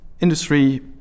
industry